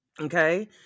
Okay